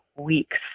weeks